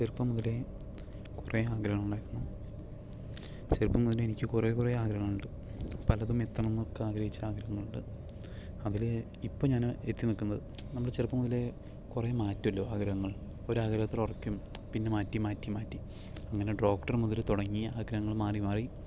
ചെറുപ്പം മുതലേ കുറേ ആഗ്രഹങ്ങളായിരുന്നു ചെറുപ്പം മുതലേ എനിക്ക് കുറേ കുറേ ആഗ്രഹങ്ങളുണ്ട് പലതും എത്തണം എന്നൊക്കെ ആഗ്രഹിച്ച ആഗ്രഹങ്ങളുണ്ട് അതിൽ ഇപ്പോൾ ഞാൻ എത്തിനിൽക്കുന്നത് നമ്മൾ ചെറുപ്പം മുതലേ കുറേ മാറ്റുമല്ലോ ആഗ്രഹങ്ങൾ ഒരാഗ്രഹത്തിൽ ഉറയ്ക്കും പിന്നെ മാറ്റി മാറ്റി മാറ്റി അങ്ങനെ ഡോക്ടർ മുതൽ തുടങ്ങി ആഗ്രഹങ്ങൾ മാറി മാറി